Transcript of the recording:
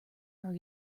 are